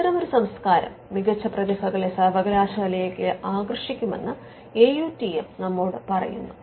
അത്തരമൊരു സംസ്കാരം മികച്ച പ്രതിഭകളെ സർവകലാശാലയിലേക്ക് ആകർഷിക്കുമെന്ന് AUTM നമ്മോട് പറയുന്നു